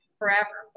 forever